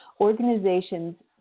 organizations